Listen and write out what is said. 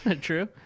True